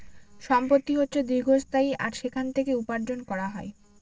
সম্পত্তি হচ্ছে দীর্ঘস্থায়ী আর সেখান থেকে উপার্জন করা যায়